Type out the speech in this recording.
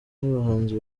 n’abahanzi